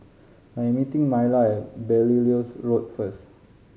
I am meeting Myla at Belilios Road first